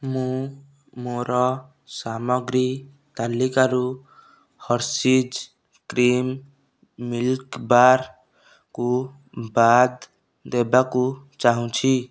ମୁଁ ମୋ'ର ସାମଗ୍ରୀ ତାଲିକାରୁ ହର୍ଷିଜ୍ କ୍ରିମ୍ ମିଲ୍କ୍ ବାର୍କୁ ବାଦ୍ ଦେବାକୁ ଚାହୁଁଛି